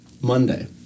Monday